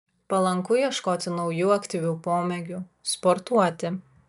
palanku ieškoti naujų aktyvių pomėgių sportuoti